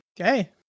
Okay